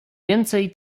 więcej